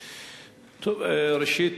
ראשית,